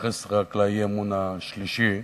להתייחס רק לאי-אמון השלישי.